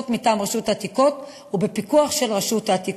מטעם רשות העתיקות ובפיקוח של רשות העתיקות.